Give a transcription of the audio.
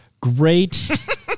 great